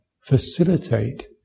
facilitate